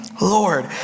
Lord